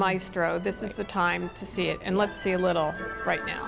maestro this is the time to see it and let's see a little right now